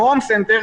כמו הום-סנטר,